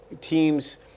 teams